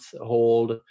hold